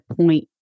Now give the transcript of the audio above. point